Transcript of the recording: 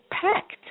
packed